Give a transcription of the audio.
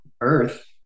earth